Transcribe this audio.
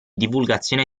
divulgazione